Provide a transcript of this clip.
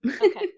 Okay